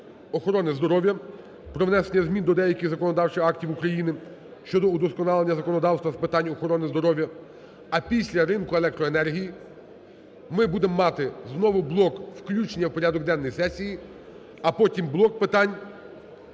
охорони здоров'я про внесення змін до деяких законодавчих актів України щодо удосконалення законодавства з питань охорони здоров'я. А після ринку електроенергії ми будемо мати знову блок "включення в порядок денний сесії", а потім блок питань